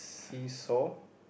seesaw